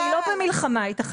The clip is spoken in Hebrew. אני לא במלחמה איתך.